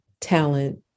talent